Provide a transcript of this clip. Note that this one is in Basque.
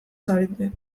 zarete